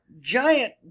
giant